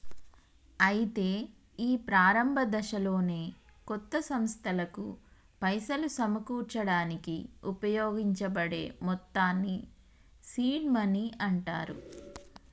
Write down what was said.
అయితే ఈ ప్రారంభ దశలోనే కొత్త సంస్థలకు పైసలు సమకూర్చడానికి ఉపయోగించబడే మొత్తాన్ని సీడ్ మనీ అంటారు